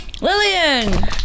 Lillian